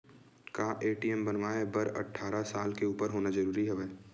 का ए.टी.एम बनवाय बर अट्ठारह साल के उपर होना जरूरी हवय?